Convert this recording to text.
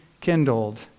kindled